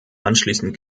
anschließend